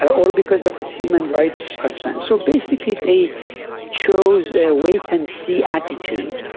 ah or because of its human rights concerns. so basically they chose a wait-and-see attitude.